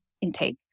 intake